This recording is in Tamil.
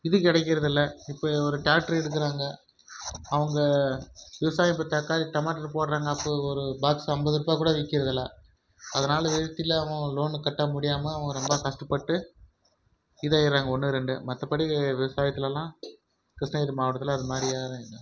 இது கிடைக்கிறதில்ல இப்போ ஒரு டிராக்ட்ரு எடுக்கிறாங்க அவங்க விவசாயம் இப்போ தக்காளி டொமேட்டோ போடுகிறாங்க அப்போ ஒரு பாக்ஸ் ஐம்பது ருபாய் கூட விற்கிறதில்ல அதனால் விரக்தியில் அவங்க லோனு கட்ட முடியாமல் அவங்க ரொம்ப கஷ்டப்பட்டு இதாகிட்றாங்க ஒன்று ரெண்டு மற்றபடி விவசாயத்தில்லாம் கிருஷ்ணகிரி மாவட்டத்தில் அது மாதிரி யாரும் இல்லை